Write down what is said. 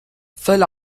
fell